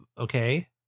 Okay